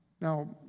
Now